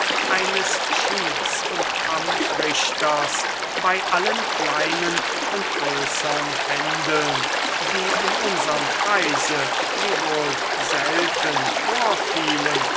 eines schieds und kampfrichters bei allen kleinen und größern händeln die in unserm kreise wiewohl selten vorfielen